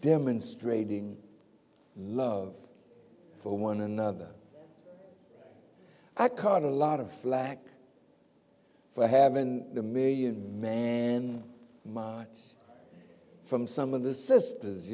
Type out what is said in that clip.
demonstrating love for one another i caught a lot of flak for have been the million man march from some of the sisters